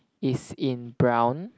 is in brown